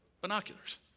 Binoculars